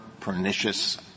pernicious